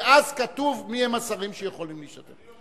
שאז כתוב מי הם השרים שיכולים להשתתף.